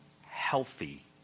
healthy